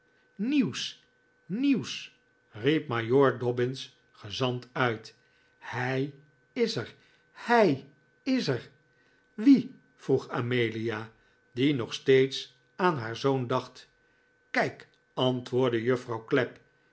nieuws nieuws riep majoor dobbin's gezant uit hij is er hij is er wie vroeg amelia die nog steeds aan haar zoon dacht kijk antwoordde juffrouw clapp